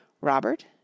Robert